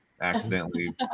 Accidentally